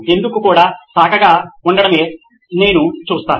ఎందుకు కూడా శాఖగా ఉండటమే నేను చేసాను